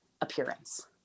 appearance